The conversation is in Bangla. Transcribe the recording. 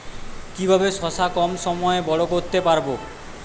কিভাবে শশা কম সময়ে বড় করতে পারব?